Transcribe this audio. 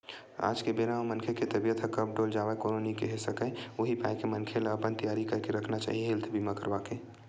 आज के बेरा म मनखे के तबीयत ह कब डोल जावय कोनो नइ केहे सकय उही पाय के मनखे ल अपन तियारी करके रखना चाही हेल्थ बीमा करवाके